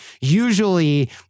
Usually